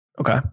Okay